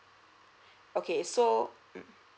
okay so mm